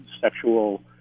sexual